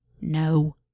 no